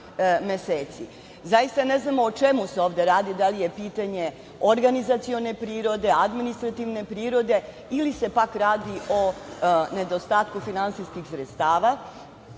meseci. Zaista ne znamo o čemu se ovde radi. Da li je pitanje organizacione prirode, administrativne prirode ili se pak radi o nedostatku finansijskih sredstava?